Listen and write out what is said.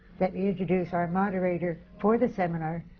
let me introduce our moderator for the seminar,